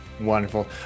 Wonderful